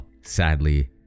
Sadly